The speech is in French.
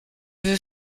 veux